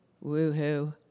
Woo-hoo